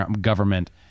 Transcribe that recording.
government